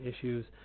issues